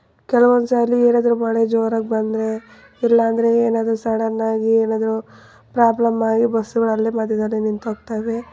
ಕೆಲವೊಂದು ಸಲ ಏನಾದ್ರೂ ಮಳೆ ಜೋರಾಗಿ ಬಂದರೆ ಇಲ್ಲಾಂದರೆ ಏನಾದರೂ ಸಡನ್ನಾಗಿ ಏನಾದರೂ ಪ್ರಾಬ್ಲಮ್ಮಾಗಿ ಬಸ್ಸುಗಳು ಅಲ್ಲೇ ಮಧ್ಯದಲ್ಲೆ ನಿಂತು ಹೋಗ್ತಾವೆ